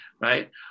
right